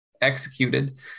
executed